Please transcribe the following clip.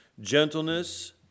gentleness